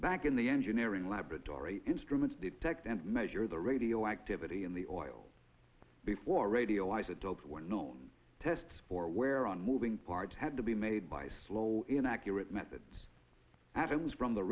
back in the engineering laboratory instruments detect and measure the radioactivity in the oil before radio isotopes were known tests for wear on moving parts had to be made by slow inaccurate methods as it was from the